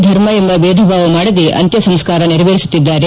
ಧರ್ಮ ಎಂಬ ಬೇದ ಭಾವ ಮಾಡದೆ ಅಂತ್ಯ ಸಂಸ್ಕಾರ ನೆರವೇರಿಸುತ್ತಿದ್ದಾರೆ